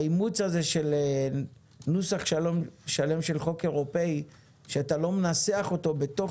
האימוץ הזה של נוסח שלם של חוק אירופי שאתה לא מנסח אותו בתוך